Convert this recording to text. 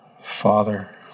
Father